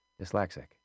dyslexic